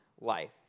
life